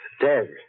dead